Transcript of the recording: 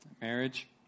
Marriage